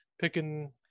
picking